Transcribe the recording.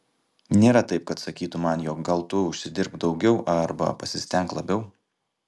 nėra taip kad sakytų man jog gal tu užsidirbk daugiau arba pasistenk labiau